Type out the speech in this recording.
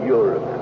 Europe